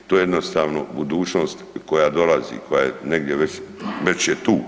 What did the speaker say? To je jednostavno budućnost koja dolazi, koja je negdje već, već je tu.